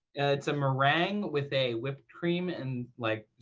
it's a meringue with a whipped cream and, like,